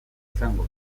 izango